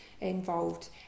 involved